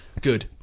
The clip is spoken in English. Good